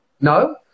no